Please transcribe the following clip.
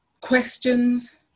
questions